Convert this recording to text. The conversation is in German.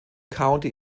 county